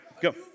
go